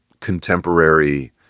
contemporary